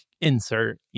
insert